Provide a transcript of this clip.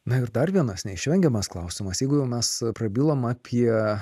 na ir dar vienas neišvengiamas klausimas jeigu jau mes prabilom apie